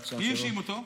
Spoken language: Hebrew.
מי האשים אותו?